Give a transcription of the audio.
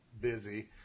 busy